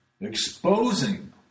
Exposing